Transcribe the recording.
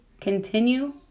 Continue